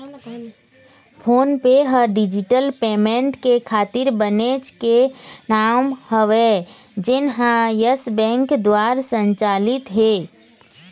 phone पे ह digital payment के खातिर बनेच के नांव हवय जेनहा यस बेंक दुवार संचालित हे